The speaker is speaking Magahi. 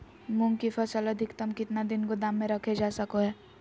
मूंग की फसल अधिकतम कितना दिन गोदाम में रखे जा सको हय?